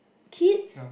kids